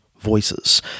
voices